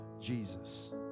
Jesus